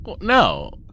no